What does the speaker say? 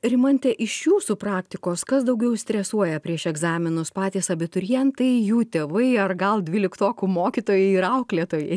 rimante iš jūsų praktikos kas daugiau stresuoja prieš egzaminus patys abiturientai jų tėvai ar gal dvyliktokų mokytojai ir auklėtojai